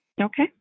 Okay